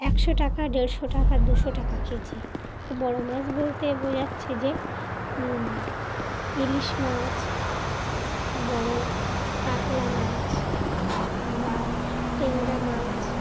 একশো টাকা দেড়শো টাকা দুশো টাকা কেজি আর বড়ো মাছ বলতে বোঝাচ্ছে যে ইলিশ মাছ বড়ো কাতলা মাছ বা ট্যাংরা মাছ